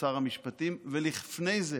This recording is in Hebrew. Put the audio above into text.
כשר המשפטים, ולפני זה